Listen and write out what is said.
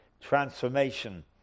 transformation